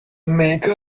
make